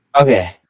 Okay